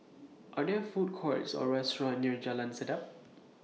Are There Food Courts Or restaurants near Jalan Sedap